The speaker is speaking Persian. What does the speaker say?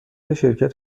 شرکت